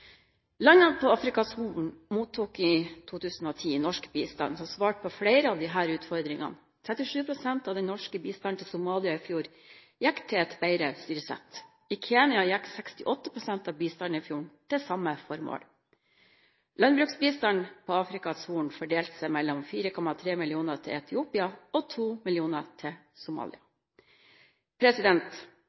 Landene på Afrikas Horn mottok i 2010 norsk bistand som svarte på flere av disse utfordringene. 37 pst. av den norske bistanden til Somalia i fjor gikk til bedre styresett. I Kenya gikk 68 pst. av bistanden i fjor til samme formål. Landbruksbistanden på Afrikas Horn fordelte seg med 4,3 mill. kr til Etiopia og 2 mill. kr til